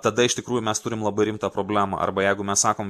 tada iš tikrųjų mes turim labai rimtą problemą arba jeigu mes sakom